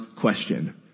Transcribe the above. question